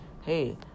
hey